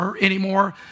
anymore